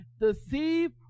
deceive